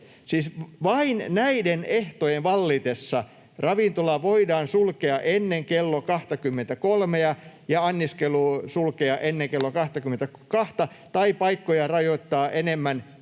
vain näiden ehtojen vallitessa ravintola voidaan sulkea ennen kello 23:a ja anniskelu sulkea ennen kello 22:ta tai paikkoja rajoittaa enemmän